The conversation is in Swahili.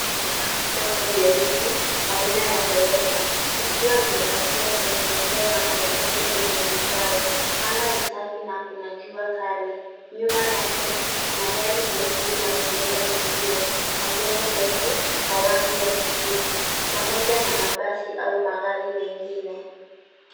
Gari dogo jeusi la aina ya Toyota, likiwa limepakiwa kwenye maeneo ya maegesho ya vigae. anga ni safi na kuna jua kali. Nyuma yake, kuna gari jekundu la kubeba mizigo, na jengo refu la rangi ya kijivu pamoja na mabasi au magari mengine.